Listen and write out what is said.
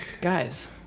Guys